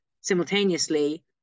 simultaneously